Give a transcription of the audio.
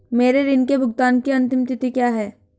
मेरे ऋण के भुगतान की अंतिम तिथि क्या है?